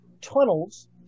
tunnels